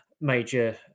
Major